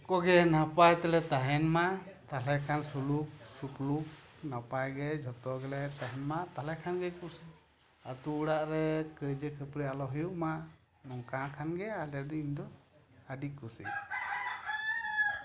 ᱠᱚᱜᱮ ᱱᱟᱯᱟᱭ ᱛᱮᱞᱮ ᱛᱟᱦᱮᱸᱱ ᱢᱟ ᱛᱟᱞᱦᱮ ᱠᱷᱟᱱ ᱥᱩᱞᱩᱠᱼᱥᱩᱯᱩᱞᱩᱠ ᱱᱟᱯᱟᱭ ᱜᱮ ᱡᱷᱚᱛᱚ ᱜᱮᱞᱮ ᱛᱟᱦᱮᱱ ᱢᱟ ᱛᱟᱞᱦᱮ ᱠᱷᱟᱱ ᱜᱮ ᱠᱩᱥᱤ ᱟᱛᱳ ᱚᱲᱟᱜ ᱨᱮ ᱠᱟᱹᱭᱡᱟᱹ ᱠᱷᱟᱹᱯᱟᱹᱨᱤ ᱟᱞᱚ ᱦᱩᱭᱩᱜᱼᱢᱟ ᱱᱚᱝᱠᱟ ᱠᱷᱟᱱ ᱜᱮ ᱟᱞᱮ ᱫᱚ ᱤᱧ ᱫᱚ ᱟᱹᱰᱤ ᱠᱩᱥᱤ